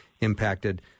impacted